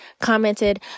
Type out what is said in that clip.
commented